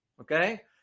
okay